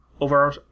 over